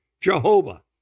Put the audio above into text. Jehovah